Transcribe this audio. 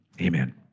Amen